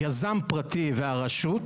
יזם פרטי והרשות,